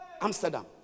Amsterdam